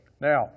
Now